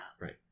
right